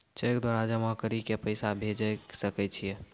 Cheque द्वारा जमा करि के पैसा भेजै सकय छियै?